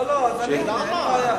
לא, מה הבעיה.